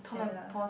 at the